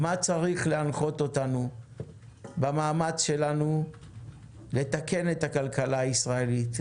מה צריך להנחות אותנו במאמץ שלנו לתקן את הכלכלה הישראלית,